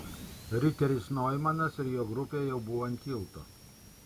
riteris noimanas ir jo grupė jau buvo ant tilto